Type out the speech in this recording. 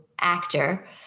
actor